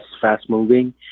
fast-moving